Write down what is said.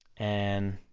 and,